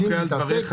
אני מוחה על דבריך.